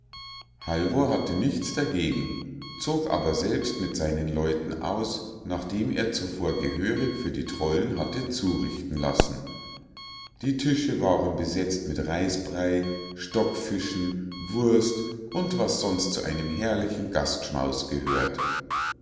halvor hatte nichts dagegen zog aber selbst mit seinen leuten aus nachdem er zuvor gehörig für die trollen hatte zurichten lassen die tische waren besetzt mit reißbrei stockfischen wurst und was sonst zu einem herrlichen gastschmaus gehört